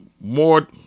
more